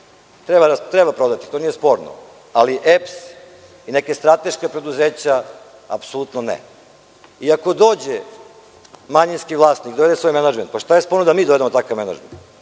treba prodati. To nije sporno, ali EPS i neka strateška preduzeća apsolutno ne. Ako dođe manjinski vlasnik i dovede svoj menadžment, šta je sporno da dovedemo mi svoj menadžment?